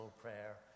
prayer